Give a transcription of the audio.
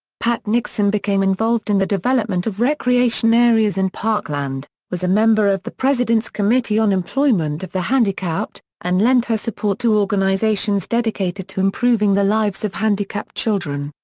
pat nixon became involved in the development of recreation areas and parkland, was a member of the president's committee on employment of the handicapped, and lent her support to organizations dedicated to improving the lives of handicapped children.